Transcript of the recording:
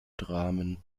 dramen